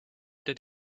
did